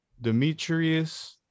Demetrius